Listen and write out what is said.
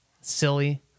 silly